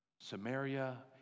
Samaria